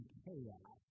chaos